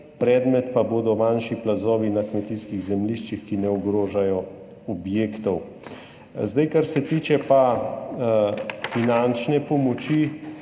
predmet pa bodo manjši plazovi na kmetijskih zemljiščih, ki ne ogrožajo objektov. Kar se tiče pa finančne pomoči,